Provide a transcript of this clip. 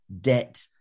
debt